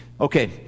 okay